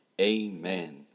amen